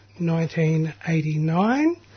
1989